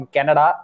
Canada